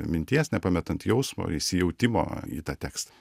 minties nepametant jausmo įsijautimo į tą tekst